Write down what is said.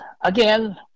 again